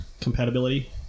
compatibility